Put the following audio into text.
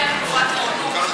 גברתי השרה,